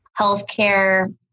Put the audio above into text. healthcare